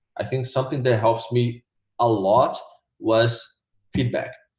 i think something that helps me a lot was feedback.